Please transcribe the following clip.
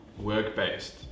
work-based